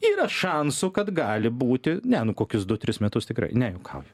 yra šansų kad gali būti ne nu kokius du tris metus tikrai ne juokauju